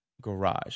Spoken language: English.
garage